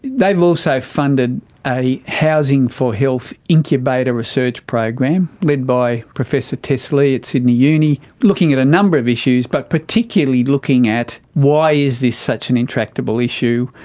they've also funded a housing for health incubator research program led by professor tess lea at sydney uni, looking at a number of issues, but particularly looking at why is this such an intractable issue.